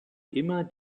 immer